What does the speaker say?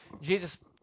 Jesus